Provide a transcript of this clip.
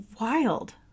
Wild